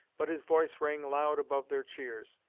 but his voice rang loud above their cheers.